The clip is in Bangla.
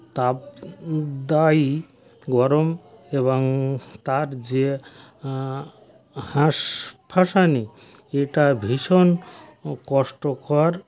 তাপদায়ী গরম এবং তার যে হাঁসফাঁসানি এটা ভীষণ কষ্টকর